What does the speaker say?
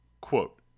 quote